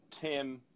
Tim